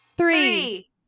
Three